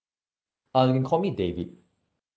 uh you can call me david